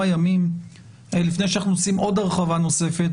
ימים לפני שאנחנו עושים הרחבה נוספת,